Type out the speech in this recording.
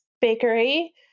Bakery